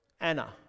Anna